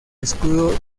escudo